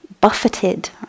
buffeted